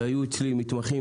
היו אצלי סטודנטים מתמחים